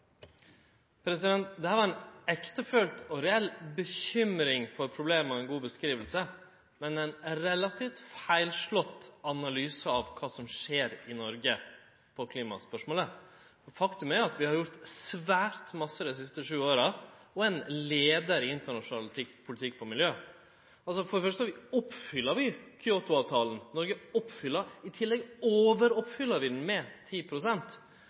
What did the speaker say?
det? Dette var ei ektefølt og reell bekymring for problema og ei god beskriving, men ein relativt feilslått analyse av kva som skjer i Noreg når det gjeld klimaspørsmålet. Faktum er at vi har gjort svært mykje dei siste sju åra og er ein leiar i internasjonal politikk med omsyn til miljø. For det første oppfyller vi Kyoto-avtalen – Noreg oppfyller han. I tillegg overoppfyller vi han med